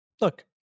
look